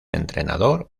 entrenador